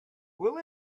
will